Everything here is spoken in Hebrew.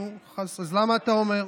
נו, אז למה אתה אומר?